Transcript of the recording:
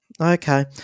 Okay